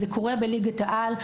זה קורה בליגת העל.